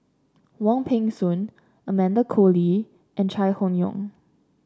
Wong Peng Soon Amanda Koe Lee and Chai Hon Yoong